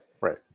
Right